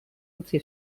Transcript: utzi